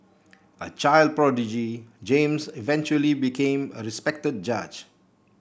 a child prodigy James eventually became a respected judge